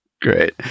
Great